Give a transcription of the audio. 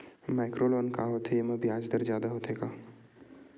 Micro loan का होथे येमा ब्याज दर जादा होथे का?